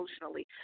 emotionally